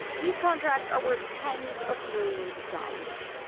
these contracts are worth tens of millions of dollars.